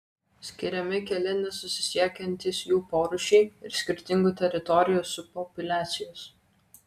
skiriami keli nesusisiekiantys jų porūšiai ir skirtingų teritorijų subpopuliacijos